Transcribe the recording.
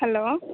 hello